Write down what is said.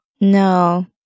No